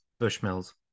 Bushmills